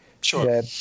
Sure